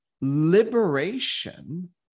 liberation